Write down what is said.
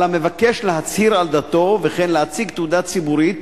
על המבקש להצהיר על דתו וכן להציג תעודה ציבורית,